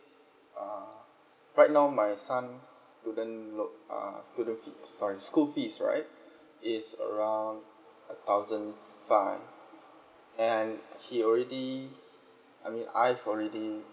uh right now my son's student loan uh student fees sorry school fees right is around a thousand five and he already I mean I've already